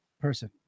person